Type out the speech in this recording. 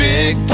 Big